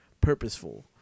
purposeful